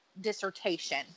dissertation